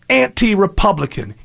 anti-Republican